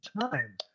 time